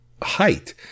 Height